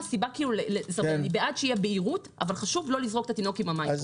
סיבה אני בעד שיהיה בהירות אבל חשוב לא לזרוק את התינוק עם המים.